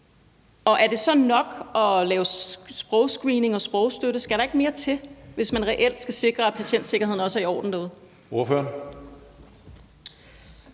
Er det så nok at lave sprogscreening og sprogstøtte? Skal der ikke mere til, hvis man reelt skal sikre, at patientsikkerheden også er i orden derude? Kl.